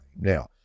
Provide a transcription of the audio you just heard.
now